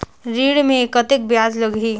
ऋण मे कतेक ब्याज लगही?